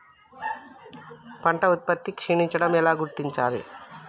పంట ఉత్పత్తి క్షీణించడం ఎలా గుర్తించాలి?